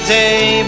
day